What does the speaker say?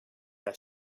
wer